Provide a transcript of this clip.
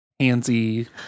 handsy